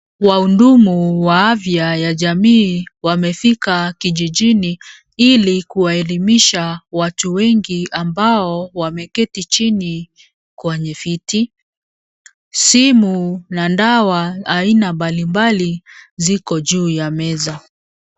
Wahudumu wa afya ya jamii wamefika kijijini ili kuwaelimisha watu wengi ambao wameketi chini kwenye viti. Simu na dawa aina mbalimbali ziko juu ya meza.